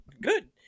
good